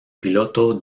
piloto